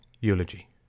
eulogy